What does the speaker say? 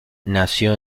nació